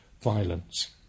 violence